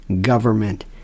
government